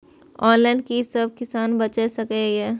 Online कि सब किसान बैच सके ये?